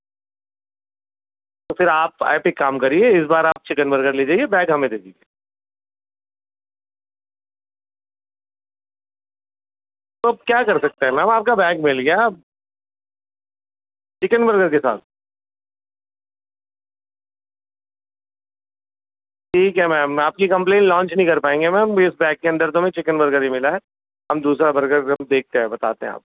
تو پھر آپ آپ ایک کام کریے اس بار آپ چکن برگر لے جائیے بیگ ہمیں دے دیجیے تو اب کیا کر سکتے ہیں میم آپ کا بیگ مل گیا آپ چکن برگر کے سات ٹھیک ہے میم آپ کی کمپلین لانچ نہیں کر پائیں گے میم اس بیگ کے اندر تو ہمیں چکن برگر ہی ملا ہے ہم دوسرا برگر ہم دیکھتے ہیں بتاتے ہیں آپ